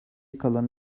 kalan